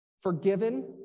forgiven